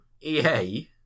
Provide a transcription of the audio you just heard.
EA